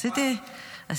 במיוחד.